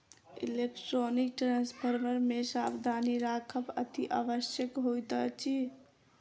electronic transfer मे सावधानी राखब अतिआवश्यक होइत अछि